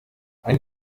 ein